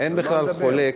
אין בכלל חולק,